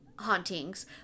hauntings